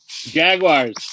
Jaguars